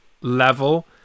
level